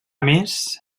més